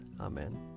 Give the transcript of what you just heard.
Amen